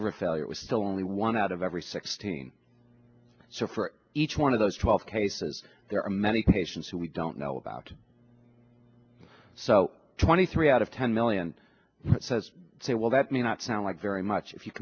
liver failure it was still only one out of every sixteen so for each one of those twelve cases there are many patients who we don't know about so twenty three out of ten million says say well that may not sound like very much if you